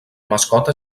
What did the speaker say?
mascota